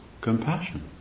compassion